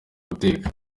guteka